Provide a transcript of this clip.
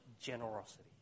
generosity